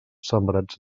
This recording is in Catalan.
sembrats